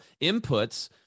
inputs